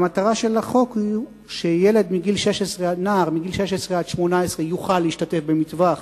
המטרה של החוק היא שנער מגיל 16 עד 18 יוכל להשתתף במטווח